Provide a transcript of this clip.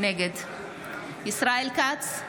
נגד ישראל כץ,